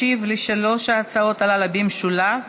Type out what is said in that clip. ישיב על שלוש ההצעות הללו במשולב,